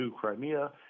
Crimea